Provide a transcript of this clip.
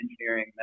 engineering